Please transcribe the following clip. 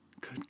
Good